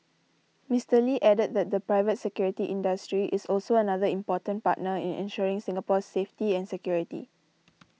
Mister Lee added that the private security industry is also another important partner in ensuring Singapore's safety and security